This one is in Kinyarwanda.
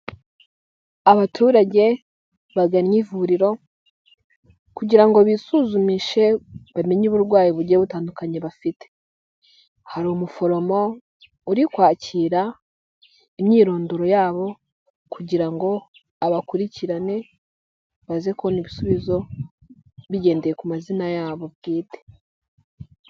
Abaturage bagannye ivuriro kugira ngo bisuzumishe bamenye uburwayi bugiye butandukanye bafite, hari umuforomo uri kwakira imyirondoro yabo kugira ngo abakurikirane baze kubona ibisubizo bigendeye ku mazina yabo bwite.